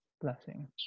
blessing